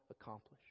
accomplish